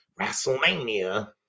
WrestleMania